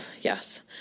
yes